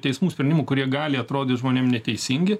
teismų sprendimų kurie gali atrodyt žmonėm neteisingi